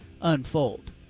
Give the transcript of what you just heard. unfold